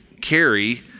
carry